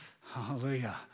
hallelujah